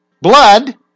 blood